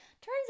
Turns